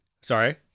Sorry